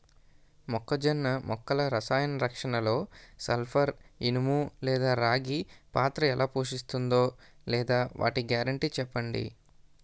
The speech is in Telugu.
మొక్కజొన్న మొక్కల రసాయన రక్షణలో సల్పర్, ఇనుము లేదా రాగి పాత్ర ఎలా పోషిస్తుందో లేదా వాటి గ్యారంటీ చెప్పండి